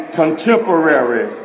contemporary